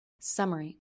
Summary